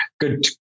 good